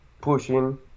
pushing